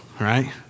right